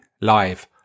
live